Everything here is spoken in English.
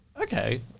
Okay